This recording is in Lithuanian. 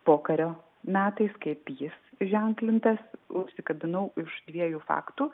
pokario metais kaip jis ženklintas užsikabinau už dviejų faktų